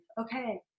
Okay